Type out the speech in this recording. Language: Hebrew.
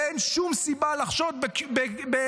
ואין שום סיבה לחשוד בכשרים.